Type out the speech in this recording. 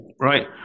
Right